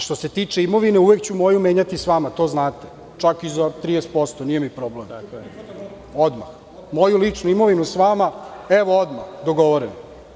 Što se tiče imovine, uvek ću svoju menjati sa vama, to vi znate, čak i za 30 posto, nije mi problem, odmah, moju ličnu imovinu sa vama, evo odmah dogovoreno.